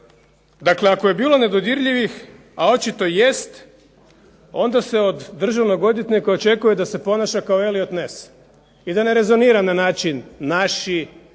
Dakle, ako je bilo nedodirljivih, a očito jest onda se od državnog odvjetnika očekuje da se ponaša kao Elliot Ness i da ne rezonira na način naši,